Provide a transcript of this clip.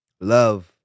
Love